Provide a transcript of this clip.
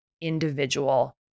individual